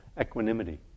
equanimity